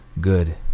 good